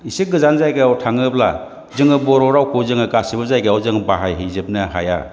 एसे गोजान जायगायाव थाङोब्ला जोङो बर' रावखौ जोङो गासिबो जायगायाव जोङो बाहायहैजोबनो हाया